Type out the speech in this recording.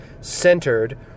Centered